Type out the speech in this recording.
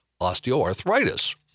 osteoarthritis